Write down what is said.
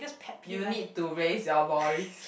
you need to raise your voice